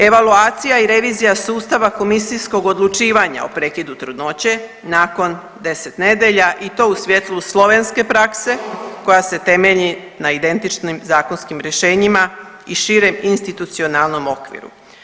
Evaluacija i revizija sustava komisijskog odlučivanja o prekidu trudnoće nakon 10 nedjelja i to u svjetlu slovenske prakse koja se temelji na identičnim zakonskim rješenjima i širem institucionalnom okviru.